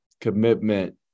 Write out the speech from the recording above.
commitment